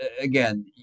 again